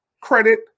credit